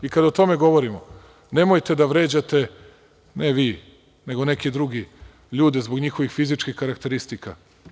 I kada o tome govorimo – nemojte da vređate, ne vi, nego neki drugi, ljude zbog njihovih fizičkih karakteristika.